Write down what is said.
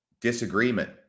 disagreement